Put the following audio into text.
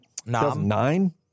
2009